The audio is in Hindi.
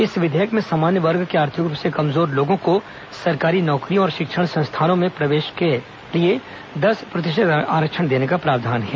इस विधेयक में सामान्य वर्ग के आर्थिक रूप से कमजोर लोगों को सरकारी नौकरियों और शिक्षा संस्थानों में प्रवेश में दस प्रतिशत आरक्षण देने का प्रावधान है